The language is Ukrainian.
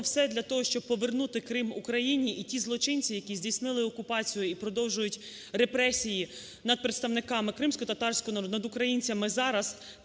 все для того, щоб повернути Крим Україні і ті злочинці, які здійснили окупацію і продовжують репресії над представниками кримськотатарського народу, над українцями зараз,